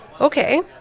okay